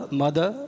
mother